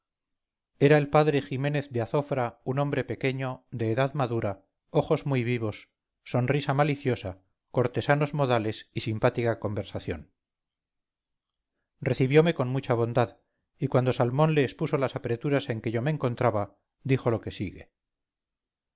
era el padre ximénez de azofra un hombre pequeño de edad madura ojos muy vivos sonrisa maliciosa cortesanos modales y simpática conversación recibiome con mucha bondad y cuando salmón le expuso las apreturas en que yo me encontraba dijo lo que sigue